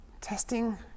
testing